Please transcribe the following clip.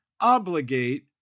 obligate